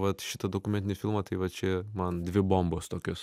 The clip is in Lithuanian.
vat šitą dokumentinį filmą tai va čia man dvi bombos tokios